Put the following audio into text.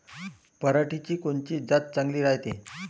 पऱ्हाटीची कोनची जात चांगली रायते?